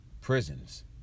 prisons